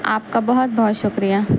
آپ کا بہت بہت شکریہ